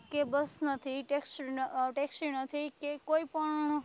કે બસ નથી ટેક્સી ન ટેક્સી નથી કે કોઈ પણ